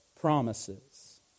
promises